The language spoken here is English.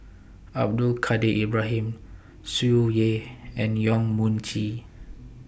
Abdul Kadir Ibrahim Tsung Yeh and Yong Mun Chee